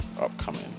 upcoming